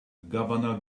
governor